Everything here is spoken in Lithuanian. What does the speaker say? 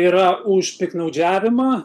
yra už piktnaudžiavimą